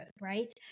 right